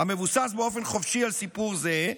המבוסס באופן חופשי על סיפור זה,